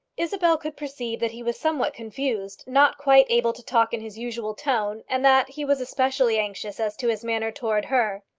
isabel could perceive that he was somewhat confused not quite able to talk in his usual tone, and that he was especially anxious as to his manner towards her.